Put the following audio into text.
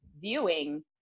viewing